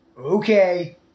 okay